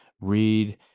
read